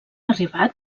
arribat